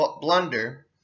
blunder